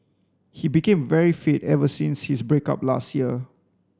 he became very fit ever since his break up last year